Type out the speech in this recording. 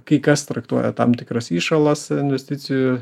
kai kas traktuoja tam tikras įšalas investicijų